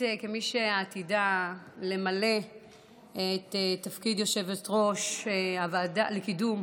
שעתידה למלא את תפקיד יושבת-ראש הוועדה לקידום